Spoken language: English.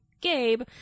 Gabe